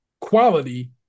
quality